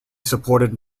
supported